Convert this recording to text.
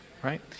Right